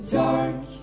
dark